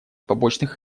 побочных